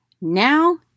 Now